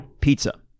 Pizza